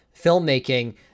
filmmaking